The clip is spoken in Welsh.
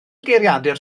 geiriadur